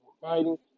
fighting